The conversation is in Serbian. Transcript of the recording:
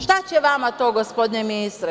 Šta će vama to, gospodine ministre?